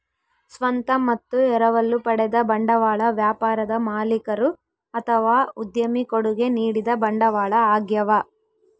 ಸ್ವಂತ ಮತ್ತು ಎರವಲು ಪಡೆದ ಬಂಡವಾಳ ವ್ಯಾಪಾರದ ಮಾಲೀಕರು ಅಥವಾ ಉದ್ಯಮಿ ಕೊಡುಗೆ ನೀಡಿದ ಬಂಡವಾಳ ಆಗ್ಯವ